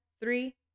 three